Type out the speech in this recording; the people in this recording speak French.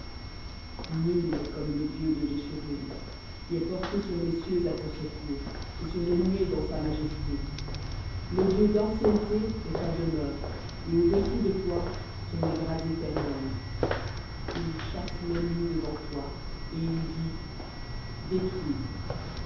nul n'est comme le dieu de jeshurun qui est porté sur les cieux à ton secours et sur les nuées dans sa majesté le dieu d'ancienneté est demeure et au-dessous sont les bras éternels il chasse l'ennemi devant toi et il dit détruis